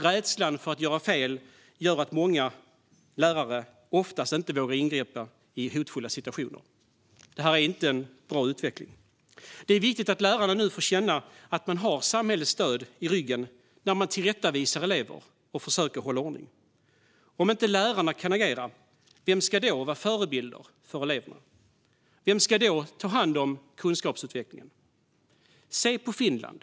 Rädslan för att göra fel gör att många lärare ofta inte vågar ingripa i hotfulla situationer. Detta är inte en bra utveckling. Det är viktigt att lärarna nu får känna att de har samhällets stöd i ryggen när de tillrättavisar elever och försöker hålla ordning. Om inte lärarna kan agera, vilka ska då vara förebilder för eleverna? Vilka ska då ta hand om kunskapsutvecklingen? Se på Finland!